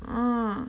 ah